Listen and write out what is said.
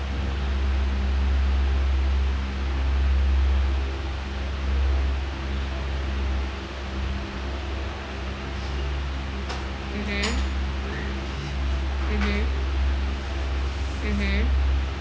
mmhmm mmhmm mmhmm